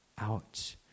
out